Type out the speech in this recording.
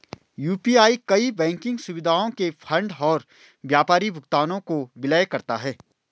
UPI कई banking सुविधाओं के फंड और व्यापारी भुगतानों को विलय करता है